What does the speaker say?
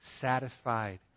satisfied